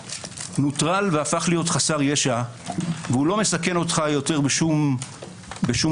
נוטרל והפך להיות חסר ישע ולא מסכן אותך יותר בשום צורה,